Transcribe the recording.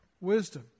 Wisdom